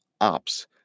ops